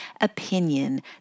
opinion